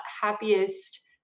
happiest